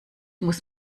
muss